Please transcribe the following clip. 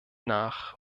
nach